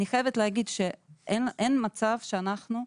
אני חייבת להגיד שאין מצב שאנחנו,